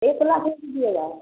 एक लाख में लीजिएगा